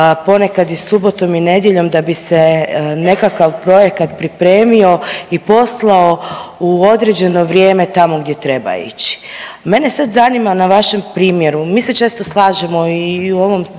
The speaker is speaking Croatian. ponekad i subotom i nedjeljom da bi se nekakav projekat pripremio i poslao u određeno vrijeme tamo gdje treba ići. Mene sad zanima na vašem primjeru, mi se često slažemo i u ovom